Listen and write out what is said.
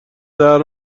درد